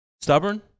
Stubborn